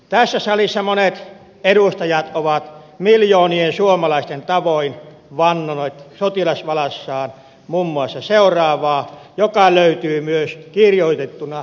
tässä salissa monet edustajat ovat miljoonien suomalaisten tavoin vannoneet sotilasvalassaan muun muassa seuraavaa joka löytyy myös kirjoitettuna sotilaspassista